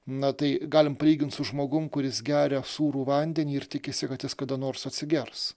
na tai galim palygint su žmogum kuris geria sūrų vandenį ir tikisi kad jis kada nors atsigers